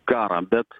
karą bet